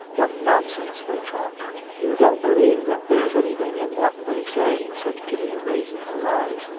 what nonsense they talk you don't believe that there's anything in what they say said kitty, raising her eyes.